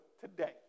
today